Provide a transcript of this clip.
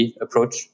approach